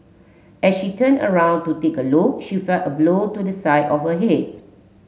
as she turned around to take a look she felt a blow to the side of her head